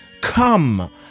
Come